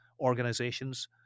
organizations